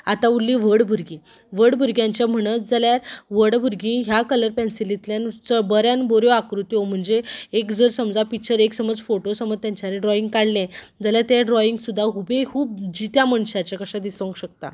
आतां उरलीं व्हड भुरगीं व्हड भुरग्यांचें म्हणत जाल्यार व्हड भुरगीं ह्या कलर पेन्सिलींतल्यान बऱ्यान बऱ्यो आकृत्यो म्हणजे एक जर समजा पिच्चर समज फोटो समज तेंच्यांनी ड्रॉयींग काडलें जाल्यार तें ड्रॉयींग सुद्दां हुबेहूब जित्या मनशाचें कशें दिसोंक शकता